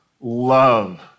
love